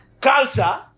culture